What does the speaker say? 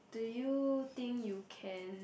do you think you can